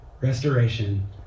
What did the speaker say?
restoration